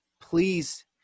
please